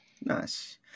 Nice